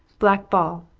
black ball.